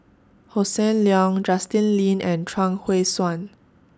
Hossan Leong Justin Lean and Chuang Hui Tsuan